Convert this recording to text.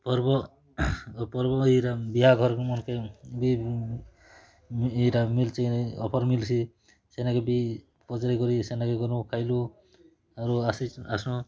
ପର୍ବ ପର୍ବ ଇରା ବିହାଘର୍କୁ ମୋର୍କେ ବି ଏଇଟା ମିଲ୍ଚି ଅଫର୍ ମିଲିଚି ସେନାଗି ବି ପରାରିକରି ସେନାଗେ ଗନୁ ଖାଇଲୁ ଆରୁ ଆସିଚି ଆସ